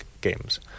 Games